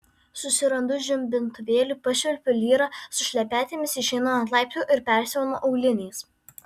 susirandu žibintuvėlį pašvilpiu lyrą su šlepetėmis išeinu ant laiptų ir persiaunu auliniais